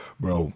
bro